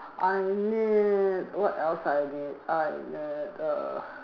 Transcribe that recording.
I need what else I need I need err